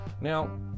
Now